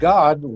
God